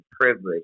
privilege